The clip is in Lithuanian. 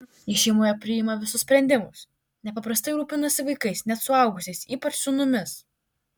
ji šeimoje priima visus sprendimus nepaprastai rūpinasi vaikais net suaugusiais ypač sūnumis